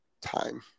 time